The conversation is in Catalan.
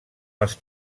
els